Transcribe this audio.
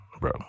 bro